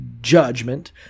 judgment